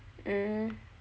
hmm